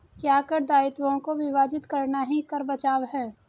क्या कर दायित्वों को विभाजित करना ही कर बचाव है?